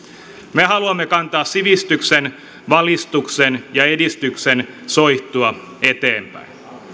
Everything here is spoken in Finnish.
me haluamme kantaa sivistyksen valistuksen ja edistyksen soihtua eteenpäin